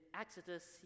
Exodus